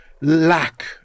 lack